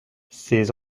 ces